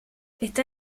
está